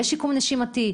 יש שיקום נשימתי?